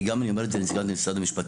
גם אני אומר את זה לנציגת משרד המשפטים.